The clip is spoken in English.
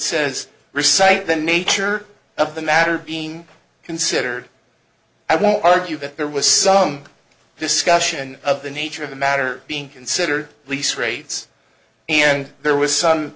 says recite the nature of the matter being considered i won't argue that there was some discussion of the nature of the matter being considered lease rates and there was some